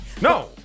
No